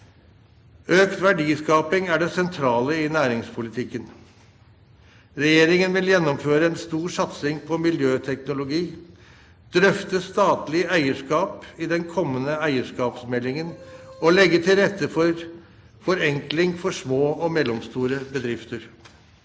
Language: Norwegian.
Økt verdiskaping er det sentrale i næringspolitikken. Regjeringen vil gjennomføre en stor satsing på miljøteknologi, drøfte statlig eierskap i den kommende eierskapsmeldingen og legge til rette for forenkling for små og mellomstore bedrifter.